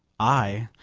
i,